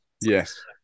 Yes